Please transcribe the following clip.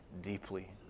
deeply